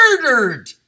murdered